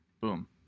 boom